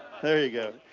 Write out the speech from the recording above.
there you go.